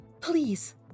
please